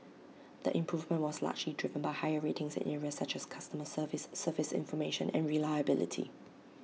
the improvement was largely driven by higher ratings in areas such as customer service service information and reliability